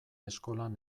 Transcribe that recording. eskolan